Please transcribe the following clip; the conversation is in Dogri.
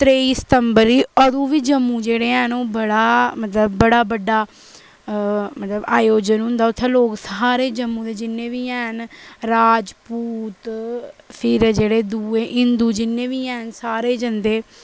त्रेई सितम्बर गी अदूं बी जम्मू जेह्ड़े हैन ओह् बड़ा मतलब बड़ा बड्डा मतलब आयोजन होंदा उत्थै लोक सारे जम्मू दे जिन्ने बी हैन राजपूत फिर दूए जेह्ड़े हिंदू जिन्ने बी हैन सारे जंदे न